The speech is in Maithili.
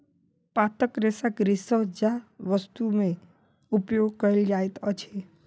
पातक रेशा गृहसज्जा वस्तु में उपयोग कयल जाइत अछि